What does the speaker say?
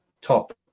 top